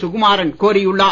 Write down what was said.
சுகுமாறன் கோரியுள்ளார்